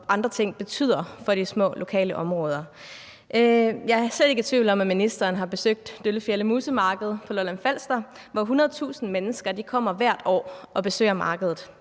og andre ting betyder for de små lokale områder. Jeg er slet ikke i tvivl om, at ministeren har besøgt Døllefjelde-Musse Marked på Lolland-Falster, som 100.000 mennesker hvert år kommer og besøger.